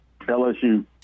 LSU